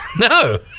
no